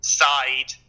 side